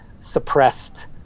suppressed